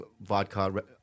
vodka